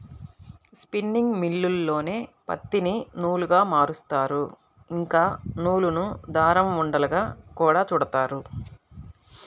spinning మిల్లుల్లోనే పత్తిని నూలుగా మారుత్తారు, ఇంకా నూలును దారం ఉండలుగా గూడా చుడతారు